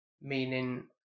Meaning